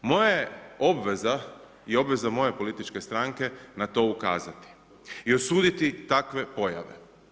Moja je obveza i obveza moje političke stranke na to ukazati i osuditi takve pojave.